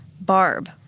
Barb